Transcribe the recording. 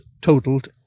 totaled